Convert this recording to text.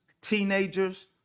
teenagers